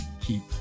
keep